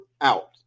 out